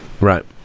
Right